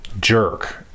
jerk